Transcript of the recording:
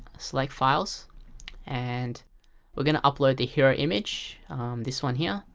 like files and we're gonna upload the hero image this one here,